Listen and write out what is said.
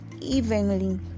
evenly